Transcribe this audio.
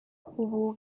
ubu